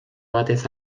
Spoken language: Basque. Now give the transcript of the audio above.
batez